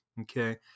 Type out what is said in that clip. Okay